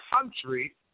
country